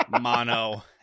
mono